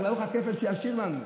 את לוח הכפל שישאיר לנו.